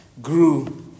grew